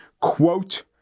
quote